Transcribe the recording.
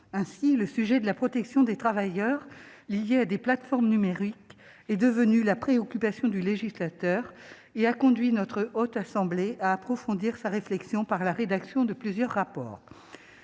Ainsi, le sujet de la protection des travailleurs liés à des plateformes numériques est devenu la préoccupation du législateur, conduisant notre Haute Assemblée à approfondir sa réflexion par la rédaction de plusieurs rapports.